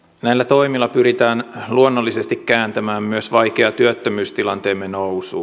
näillä toimilla pyritään luonnollisesti kääntämään myös vaikea työttömyystilanteemme nousuun